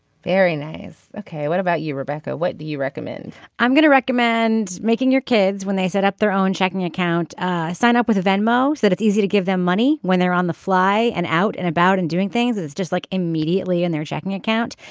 very nice. ok. what about you rebecca. what do you recommend i'm going to recommend making your kids when they set up their own checking account. i sign up with venmo so it's easy to give them money when they're on the fly and out and about and doing things is just like immediately in their checking account.